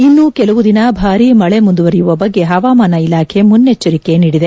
ಇನ್ನೂ ಕೆಲವು ದಿನ ಭಾರೀ ಮಳಿ ಮುಂದುವರಿಯುವ ಬಗ್ಗೆ ಹವಾಮಾನ ಇಲಾಖೆ ಮುನ್ನೆಚ್ಚರಿಕೆ ನೀಡಿದೆ